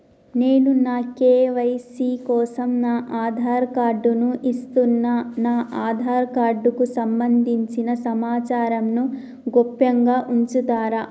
నేను నా కే.వై.సీ కోసం నా ఆధార్ కార్డు ను ఇస్తున్నా నా ఆధార్ కార్డుకు సంబంధించిన సమాచారంను గోప్యంగా ఉంచుతరా?